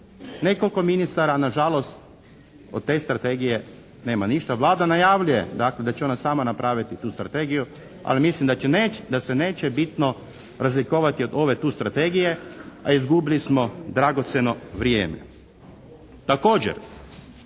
nekoliko ministara, na žalost od te strategije nema ništa. Vlada najavljuje dakle da će ona sama napraviti tu strategiju, ali mislim da se neće bitno razlikovati od ove tu strategije, a izgubili smo dragocjeno vrijeme.